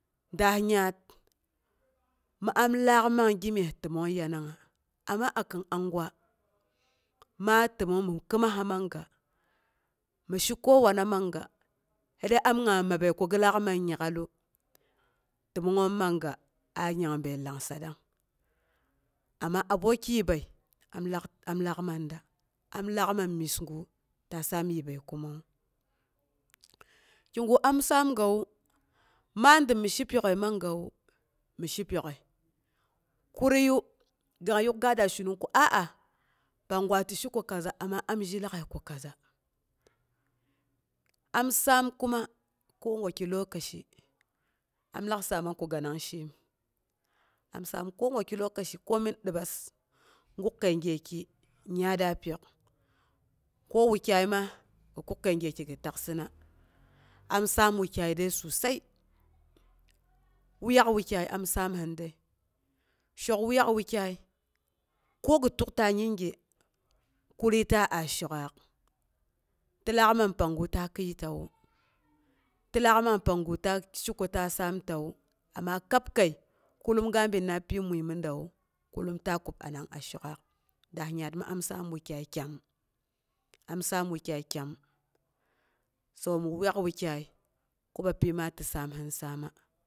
Daah nyaat mi an laak man ginyes məi təmong yanangnga. Amma a kin angwa ma tənong mi acɨmaha man ga mi shi kowana manga sai dai am a mabəi ko gi laak man nyak'alu, tənongngom. Man ga a nyanbəi langsarang. Amma aboki yiibəi am laak man da. Am laak man mye'gu ta saam yiibəi kuma wu, kigu am saamganu ma dəm mi shepyok'əi man gawu, mi shepyok'əi kuriiya dang yak ga daa shenong ko aa pangngwa ti she ko kaza amma am zhe lagai ko kaza. Am saam kuma kogwali lokaci, am lak saamang ko ganang shiem. Am saam ko gwaki lokaci komin dəbas, guk kəi gyeki yaata pyok, ko wukyai ma gi kuku kəi gyeki gi taksɨna, am saam wukyai dəi susai, wuyak wukyai am saamsɨn dəi, shok, wuyak wukyau, ko gi tukta yinge kurii ta a shok'aak ti laak man pangu ta kiitawu. ti laak man pangu ta she ko ta saam tawu amma kab kəi, kullum ga bina pyi mui mi dawu, kullum ta kub anang a shok'aak. Daah nyaat mi am saam wukyai kyam am saam wukyai kyam sabo mi wuyak wukyai ko bapyi ma ti saamsin sana